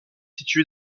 situé